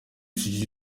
ishize